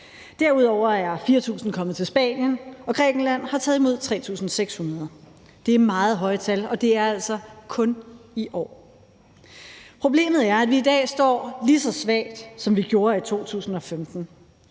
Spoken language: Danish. Derudover er 4.000 kommet til Spanien, og Grækenland har taget imod 3.600. Det er meget høje tal, og det er altså kun i år. Problemet er, at vi i dag står lige så svagt, som vi gjorde i 2015.